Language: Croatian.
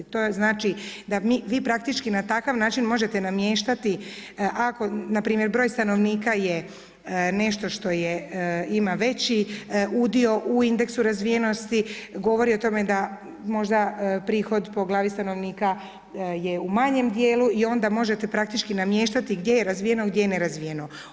To je znači, da vi praktički na takav način možete namještati ako npr. broj stanovnika je nešto što ima veći udio u indeksu razvijenosti, govori o tome da možda prihod po glavi stanovnika je u manjem dijelu, i onda možete praktički namještati gdje je razvijeno, gdje nerazvijeno.